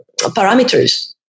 parameters